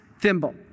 thimble